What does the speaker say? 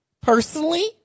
Personally